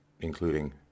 including